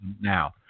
now